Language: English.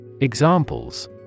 examples